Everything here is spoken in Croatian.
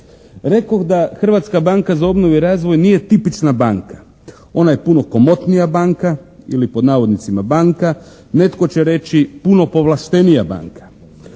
Rekoh da Hrvatska banka za obnovu i razvoj nije tipična banka. Ona je puno komotnija banka ili pod navodnicima banka, netko će reći puno povlaštenija banka.